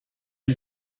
die